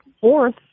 Fourth